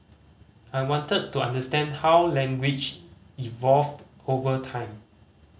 I wanted to understand how language evolved over time